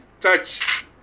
touch